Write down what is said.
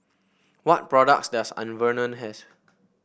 what products does Enervon has